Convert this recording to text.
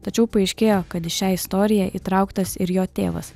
tačiau paaiškėjo kad į šią istoriją įtrauktas ir jo tėvas